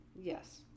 Yes